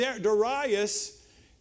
Darius